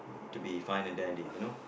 to be fine and dandy you know